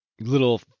little